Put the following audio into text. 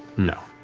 no.